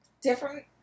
Different